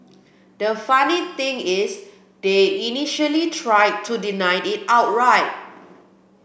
the funny thing is they initially tried to deny it outright